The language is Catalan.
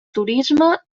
turisme